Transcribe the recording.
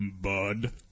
Bud